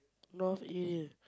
north area